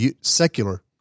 secular